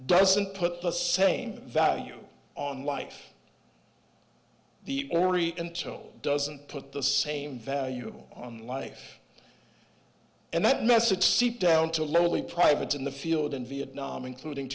doesn't put the same value on life the jury and so doesn't put the same value on life and that message seeped down to lowly privates in the field in vietnam including